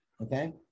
okay